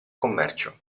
commercio